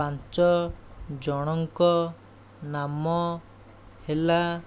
ପାଞ୍ଚ ଜଣଙ୍କ ନାମ ହେଲା